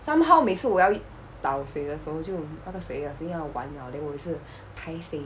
somehow 每次我要倒水的时候就那个水已经要完 liao then 我也是 paiseh